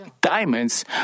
diamonds